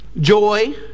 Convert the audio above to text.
Joy